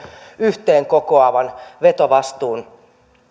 yhteenkokoavan vetovastuun